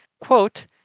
quote